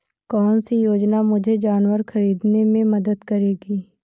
कौन सी योजना मुझे जानवर ख़रीदने में मदद करेगी?